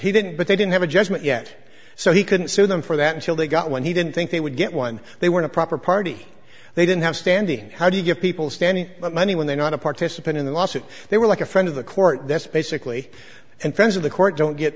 he didn't but they didn't have a judgment yet so he couldn't sue them for that until they got one he didn't think they would get one they want a proper party they didn't have standing how do you give people standing money when they're not a participant in the lawsuit they were like a friend of the court that's basically and friends of the court don't get